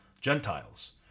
Gentiles